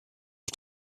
was